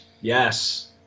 yes